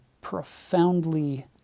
profoundly